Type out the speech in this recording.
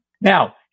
Now